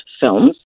films